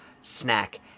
snack